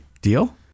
Deal